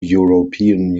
european